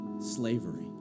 slavery